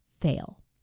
fail